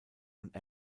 und